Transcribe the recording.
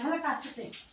मला काच ते